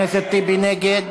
גם אני, חבר הכנסת טיבי, נגד.